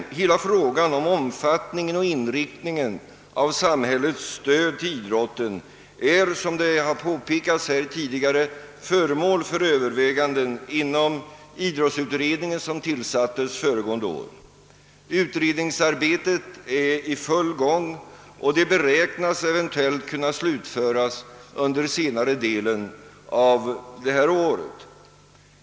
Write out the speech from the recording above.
Hela frågan om omfattningen och inriktningen av samhällets stöd till idrotten är, som det påpekats här tidigare, föremål för övervägande inom idrottsutredningen som tillsattes föregående år. Utredningsarbetet är i full gång, och det beräknas eventuellt kunna slutföras under senare delen av detta år.